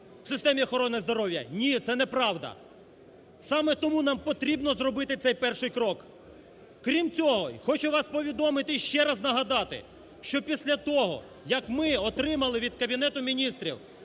в системі охорони здоров'я? Ні, це неправда. Саме тому нам потрібно зробити цей перший крок. Крім цього, хочу вас повідомити й ще раз нагадати, що після того, як ми отримали від Кабінету Міністрів